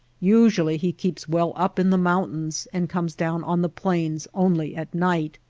usually he keeps well up in the mountains and comes down on the plains only at night.